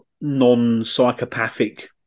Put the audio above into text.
non-psychopathic